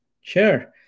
Sure